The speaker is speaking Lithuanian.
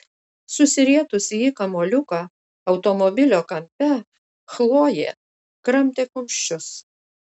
susirietusi į kamuoliuką automobilio kampe chlojė kramtė kumščius